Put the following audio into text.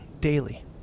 daily